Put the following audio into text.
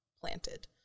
planted